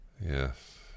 Yes